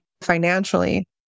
financially